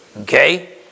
okay